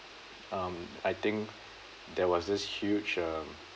um I think there was this huge um